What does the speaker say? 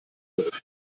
geöffnet